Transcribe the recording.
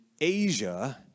Asia